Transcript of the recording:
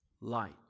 light